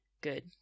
Good